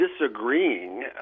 disagreeing